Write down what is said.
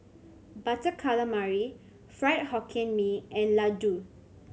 Butter Calamari Fried Hokkien Mee and laddu